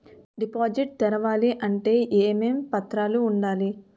Deposit తెరవాలి అంటే ఏమేం పత్రాలు ఉండాలి?